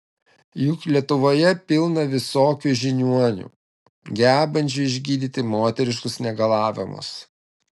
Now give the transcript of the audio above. juk lietuvoje pilna visokių žiniuonių gebančių išgydyti moteriškus negalavimus